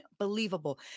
unbelievable